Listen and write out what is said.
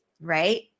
right